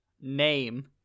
Name